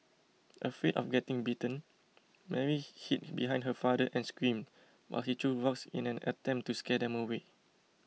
afraid of getting bitten Mary hid behind her father and screamed while he threw rocks in an attempt to scare them away